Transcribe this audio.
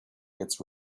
gets